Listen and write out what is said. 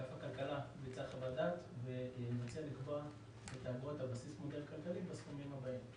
אגף הכלכלה מנסה לקבוע את האגרות על בסיס מודל כלכלי בסכומים הבאים.